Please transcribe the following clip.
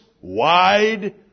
wide